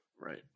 Right